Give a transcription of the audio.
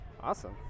awesome